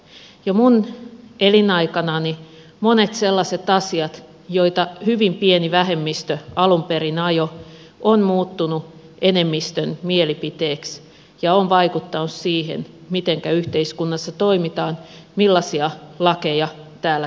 jo minun elinaikanani monet sellaiset asiat joita hyvin pieni vähemmistö alun perin ajoi ovat muuttuneet enemmistön mielipiteiksi ja ovat vaikuttaneet siihen mitenkä yhteiskunnassa toimitaan millaisia lakeja täällä säädetään